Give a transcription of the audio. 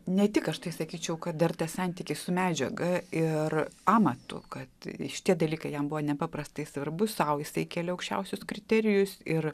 ne tik aš tai sakyčiau kad dar tas santykis su medžiaga ir amatu kad šitie dalykai jam buvo nepaprastai svarbu saujisai kėlę aukščiausius kriterijus ir